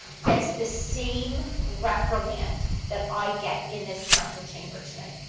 gets the same reprimand that i get in this council chamber tonight.